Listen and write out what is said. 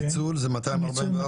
הניצול זה 244.15?